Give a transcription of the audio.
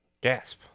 Gasp